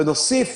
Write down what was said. ונוסיף,